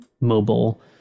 mobile